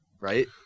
Right